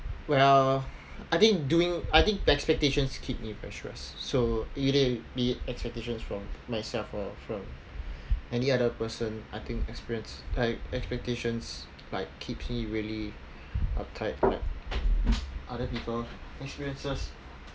well I think doing I think b~ expectations keep me very stressed so either be it expectations from myself or from any other person I think experience uh expectations like keep me really uptight like other people experiences